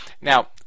Now